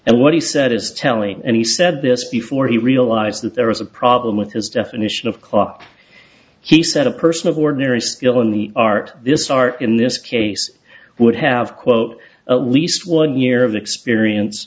and what he said is telling and he said this before he realized that there was a problem with his definition of clock he said a person of ordinary skill in the art this art in this case would have quote at least one year of experience